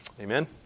Amen